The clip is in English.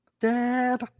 dad